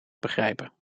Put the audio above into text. begrijpen